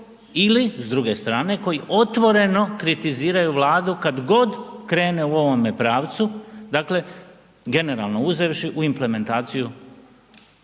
ili s druge strane koji otvoreno kritiziraju Vladu kad god krene u ovome pravcu, dakle generalno uzevši u implementaciju